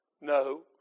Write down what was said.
No